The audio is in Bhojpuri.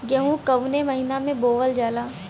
गेहूँ कवने महीना में बोवल जाला?